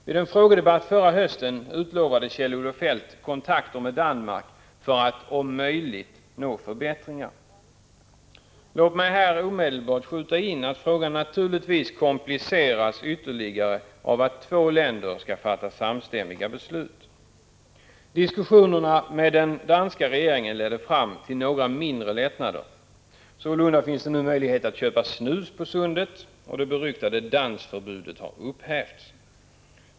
Vid en frågedebatt förra hösten utlovade Kjell-Olof Feldt kontakter med Danmark för att om möjligt uppnå förbättringar. Låt mig här omedelbart skjuta in att frågan naturligtvis kompliceras ytterligare av att två länder skall fatta samstämmiga beslut. Diskussionerna med den danska regeringen ledde fram till några mindre lättnader. Sålunda finns det nu möjlighet att köpa snus på Sundet, och det beryktade dansförbudet har upphävts.